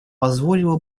позволила